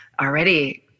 already